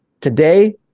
Today